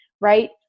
right